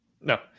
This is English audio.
no